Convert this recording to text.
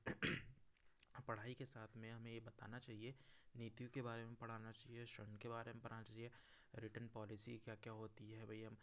पढ़ाई के साथ में हमें यह बताना चाहिए नीतियों के बारे में पढ़ाना चाहिए श्रम के बारे में पढ़ाना चाहिए रिटर्न पॉलिसी क्या क्या होती है भैया